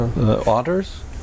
Otters